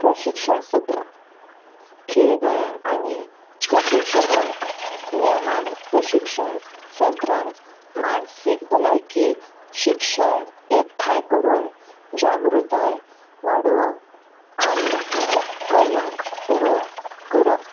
प्रशिक्षण सत्रां खेळगड्यांक आनी प्रशिक्षकांक नेमान प्रशिक्षण सत्रांत मानसीक भलायकी शिक्षण एकठांय करून जागृताय वाडोवप आनी कलंक करप